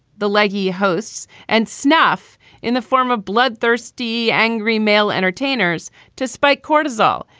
the leggy hosts and snuff in the form of bloodthirsty, angry male entertainers to spike cortisol.